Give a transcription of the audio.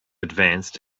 advanced